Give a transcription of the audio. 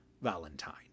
valentine